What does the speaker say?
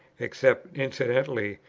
except incidentally,